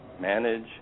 manage